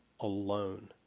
alone